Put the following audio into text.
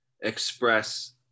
express